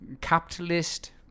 capitalist